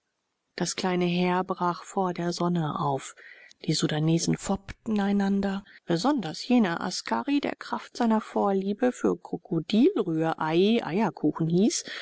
das kleine heer brach vor der sonne auf die sudanesen foppten einander besonders jener askari der kraft seiner vorliebe für krokodilrührei eierkuchen hieß